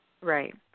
Right